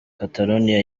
catalonia